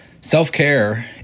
Self-care